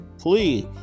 Please